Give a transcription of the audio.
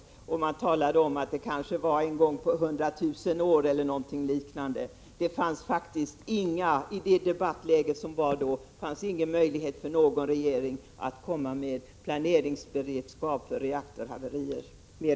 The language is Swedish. Ett reaktorhaveri kanske kunde hända en gång på hundratusen år eller något liknande — det var vad man fick höra då. I det debattläge som då rådde fanns det ingen möjlighet för någon regering att, mer än vad som skedde, komma med planeringsberedskap för reaktorhaverier.